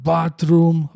Bathroom